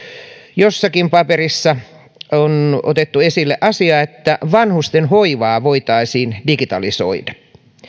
jossakin paperissa on otettu esille asia että vanhusten hoivaa voitaisiin digitalisoida